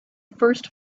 first